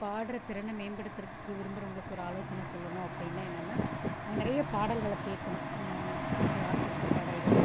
பாடுற திறனை மேம்படுத்துகிறதுக்கு விரும்புகிறவங்களுக்கு ஒரு ஆலோசனை சொல்லணும் அப்படினா என்னென்னால் அவன் நிறைய பாடல்களை கேட்கணும் இந்த மாதிரி ஆர்கெஸ்ட்ரா பாடல்கள்